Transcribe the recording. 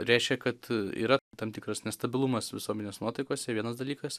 reiškia kad yra tam tikras nestabilumas visuomenės nuotaikose vienas dalykas